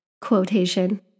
quotation